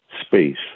space